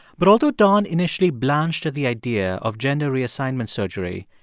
but although don initially blanched at the idea of gender reassignment surgery,